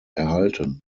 erhalten